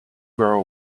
girl